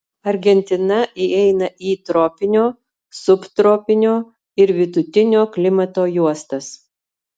argentina įeina į tropinio subtropinio ir vidutinio klimato juostas